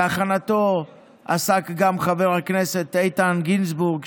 בהכנתו עסק גם חבר הכנסת איתן גינזבורג,